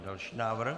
Další návrh.